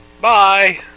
bye